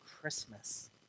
Christmas